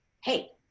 hey